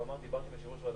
הצבעה בעד רוב התקנות אושרו.